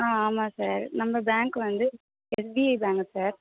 ஆ ஆமாம் சார் நம்ம பேங்க் வந்து எஸ்பிஐ பேங்க்கு சார்